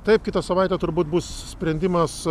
taip kitą savaitę turbūt bus sprendimas